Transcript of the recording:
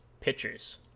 pitchers